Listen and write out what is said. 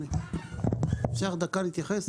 אפשר דקה להתייחס?